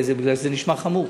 כי זה נשמע חמור.